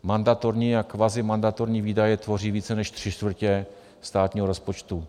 Mandatorní a kvazimandatorní výdaje tvoří více než tři čtvrtě státního rozpočtu.